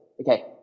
Okay